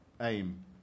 aim